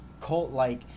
cult-like